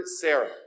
Sarah